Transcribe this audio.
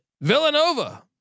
Villanova